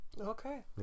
Okay